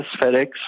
FedEx